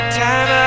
time